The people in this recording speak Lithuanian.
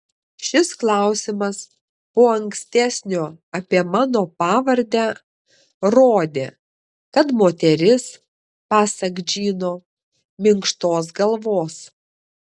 šis klausimas po ankstesnio apie mano pavardę rodė kad moteris pasak džino minkštos galvos